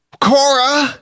Cora